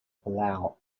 palau